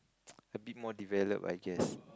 a bit more developed I guess